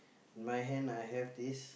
in my hand I have this